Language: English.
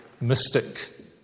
mystic